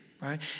right